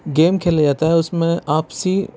game کھیلا جاتا ہے اُس میں آپسی